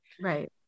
Right